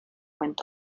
went